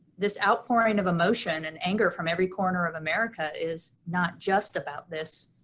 this outpouring of emotion and anger from every corner of america is not just about this.